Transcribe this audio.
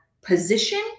position